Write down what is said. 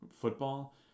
football